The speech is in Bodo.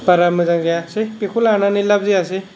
बारा मोजां जायाखिसै बेखौ लानानै लाब जायासै